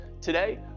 Today